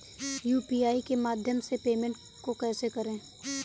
UPI के माध्यम से पेमेंट को कैसे करें?